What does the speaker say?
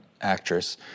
actress